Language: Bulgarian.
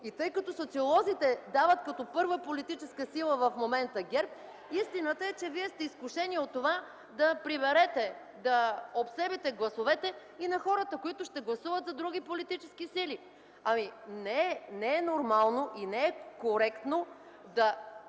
И тъй като социолозите дават като първа политическа сила в момента ГЕРБ – истината е, че вие сте изкушени от това да приберете, да обсебите гласовете и на хората, които ще гласуват за други политически сили. Не е нормално и не е коректно да